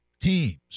teams